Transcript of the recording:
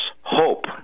hope